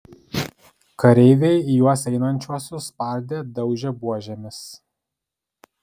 kareiviai į juos einančiuosius spardė daužė buožėmis